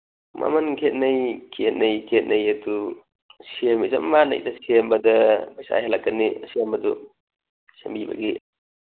ꯃꯃꯟ ꯈꯦꯠꯅꯩ ꯈꯦꯠꯅꯩ ꯈꯦꯠꯅꯩ ꯑꯗꯨ ꯁꯦꯝꯕ ꯆꯞ ꯃꯥꯟꯅꯩꯗ ꯁꯦꯝꯕꯗ ꯄꯩꯁꯥ ꯍꯦꯜꯂꯛꯀꯅꯤ ꯑꯁꯦꯝꯕꯗꯨ ꯁꯦꯝꯕꯤꯕꯒꯤ